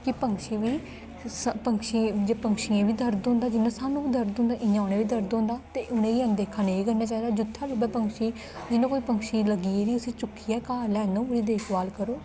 कि पंछी बी पंछियें जे पंछियें गी बी दर्द होंदा जियां सानूं दर्द होंदा इ'यां उ'नें गी बी दर्द होंदा ते उ'नें गी अनदेखा नेईं करना चाहिदा जित्थै लब्भै पंछी जियां कोई पंछी गी लग्गी गेदी उस्सी चुक्कियै घार लेआन्नो देक्खभाल करो